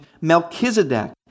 Melchizedek